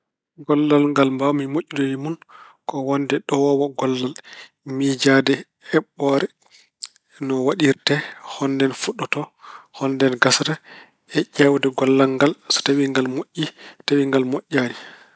Gollal ngal mbaawmi moƴƴude e mon ko wonde nowoowo gollal. Miijaade heɓɓoore no waɗirte, hol nden fuɗɗoto, hol nden gasata. E ƴeewde gollal ngal so tawi angal moƴƴi, tawi ngal moƴƴaani.